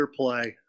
underplay